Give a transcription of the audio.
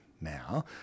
now